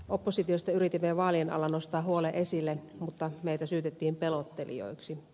oppositiosta yritimme vaalien alla nostaa huolen esille mutta meitä syytettiin pelottelijoiksi